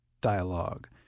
dialogue